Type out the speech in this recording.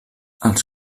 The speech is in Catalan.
els